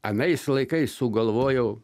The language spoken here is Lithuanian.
anais laikais sugalvojau